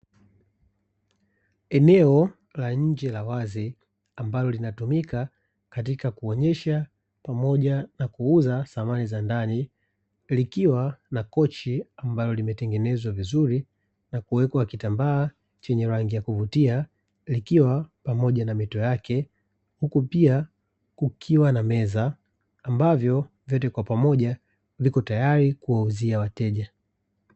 Eneo la nje la wazi ambalo linatumika katika kuonyesha pamoja na kuuza samani za ndani, likiwa na kochi ambalo limetengenezwa vizuri na kuwekwa kitambaa chenye rangi ya kuvutia, likiwa pamoja na mito yake; huku pia kukiwa na meza ambavyo vyote kwa pamoja vipo tayari kuwauzia wateja.